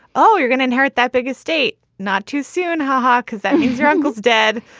oh, you're going to inherit that big estate. not too soon. ha ha. because that means your uncle's dead.